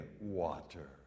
water